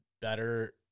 better